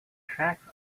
tracks